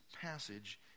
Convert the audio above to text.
passage